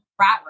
rat